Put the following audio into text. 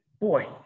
boy